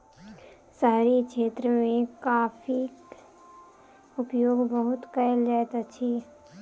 शहरी क्षेत्र मे कॉफ़ीक उपयोग बहुत कयल जाइत अछि